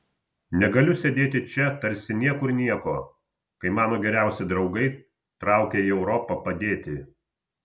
negaliu sėdėti čia tarsi niekur nieko kai mano geriausi draugai traukia į europą padėti